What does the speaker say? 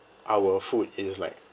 our food is like